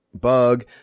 bug